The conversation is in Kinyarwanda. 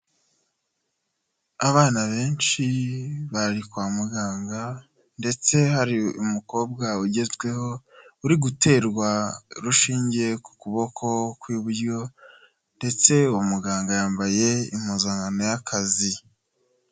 Abana benshi bari kwa muganga ndetse hari umukobwa ugezweho, uri guterwa rushinge ku kuboko kw'iburyo ndetse uwo muganga yambaye impuzankano y'akazi.